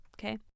Okay